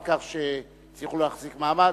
על כך שהצליחו להחזיק מעמד.